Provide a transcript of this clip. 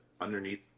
underneath